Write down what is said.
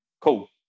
Cool